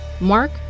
Mark